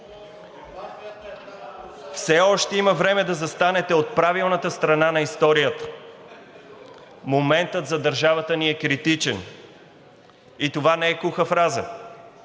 Все още има време да застанете от правилната страна на историята. Моментът за държавата ни е критичен и това не е куха фраза.